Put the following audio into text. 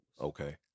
Okay